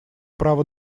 право